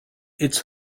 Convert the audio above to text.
its